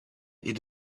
est